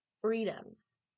freedoms